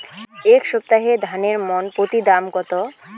এই সপ্তাহে ধানের মন প্রতি দাম কত?